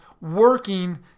working